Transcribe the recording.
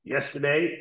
Yesterday